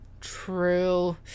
True